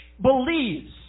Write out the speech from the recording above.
believes